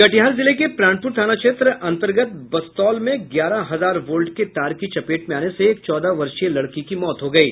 कटिहार जिले के प्राणपूर थाना क्षेत्र अंतर्गत बस्तौल में ग्यारह हजार वोल्ट के तार की चपेट में आने से एक चौदह वर्षीय लड़की की मौत हो गयी